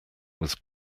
was